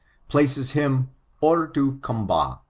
places him hors du combat.